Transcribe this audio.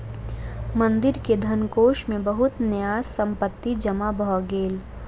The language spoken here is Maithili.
मंदिर के धनकोष मे बहुत न्यास संपत्ति जमा भ गेल